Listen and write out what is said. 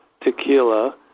tequila